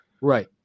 Right